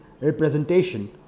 representation